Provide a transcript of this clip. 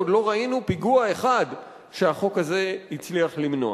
עוד לא ראינו שהחוק הזה הצליח למנוע